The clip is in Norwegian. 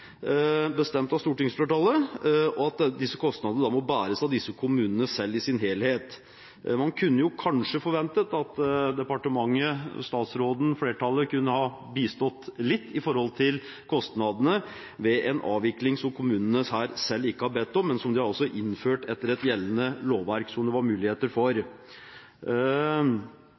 bæres av disse kommunene. Man kunne kanskje forventet at departementet, statsråden og flertallet kunne ha bistått litt når det gjelder kostnadene ved en avvikling som kommunene selv ikke har bedt om, men som de har innført etter et gjeldende lovverk, som det var mulighet for.